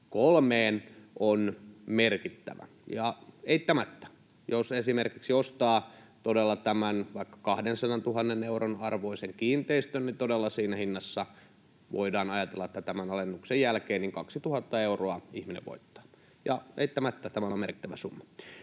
kolmeen on merkittävä. Ja eittämättä, jos esimerkiksi ostaa todella vaikka 200 000 euron arvoisen kiinteistön, todella voidaan ajatella, että siinä hinnassa tämän alennuksen jälkeen ihminen voittaa 2 000 euroa. Eittämättä tämä on merkittävä summa.